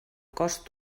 cost